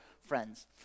friends